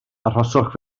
arhoswch